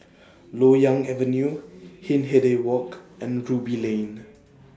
Loyang Avenue Hindhede Walk and Ruby Lane